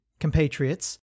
compatriots